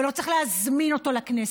ולא צריך להזמין אותו לכנסת.